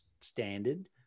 standard